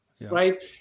right